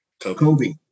Kobe